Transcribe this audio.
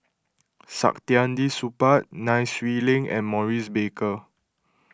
Saktiandi Supaat Nai Swee Leng and Maurice Baker